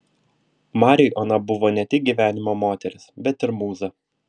mariui ona buvo ne tik gyvenimo moteris bet ir mūza